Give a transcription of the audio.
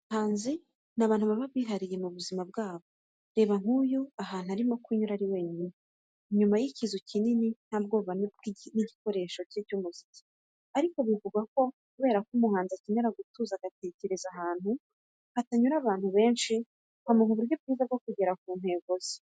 Abahanzi ni abantu baba bihariye mu buzima bwabo, reba nk'uyu ahantu arimo kunyura ari wenyine, inyuma y'ikizu kinini nta bwoba n'igikoresho cye cy'umuziki, ariko bivugwa ko kubera ko umuhanzi akenera gutuza agatekereza, ahantu hatanyura abantu benshi, hamuha uburyo bwiza bwo kugera ku ntego ze.